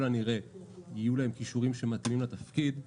הנראה יהיו להם כישורים שמתאימים לתפקיד,